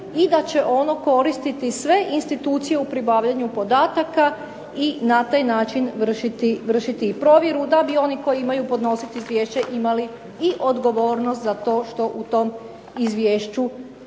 i da će ono koristiti sve institucije u pribavljanju podataka i na taj način vršiti i provjeru da bi oni koji imaju podnositi izvješće imali i odgovornost za to što u tom izvješću